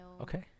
okay